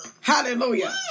Hallelujah